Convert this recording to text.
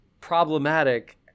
problematic